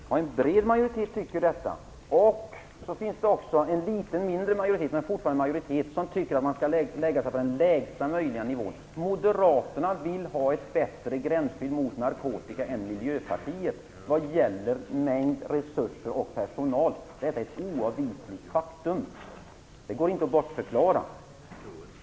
Herr talman! En bred majoritet tycker detta. Sedan finns det också en litet mindre majoritet, men fortfarande en majoritet, som tycker att man skall lägga sig på den lägsta möjliga nivån. Moderaterna vill ha ett bättre gränsskydd mot narkotika än Miljöpartiet vad gäller mängd, resurser och personal. Detta är ett oavvisligt faktum. Det går inte att bortförklara.